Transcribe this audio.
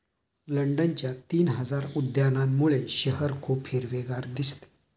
लंडनच्या तीन हजार उद्यानांमुळे शहर खूप हिरवेगार दिसते